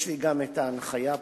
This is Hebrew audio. יש לי גם את ההנחיה פה.